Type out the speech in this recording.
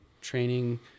training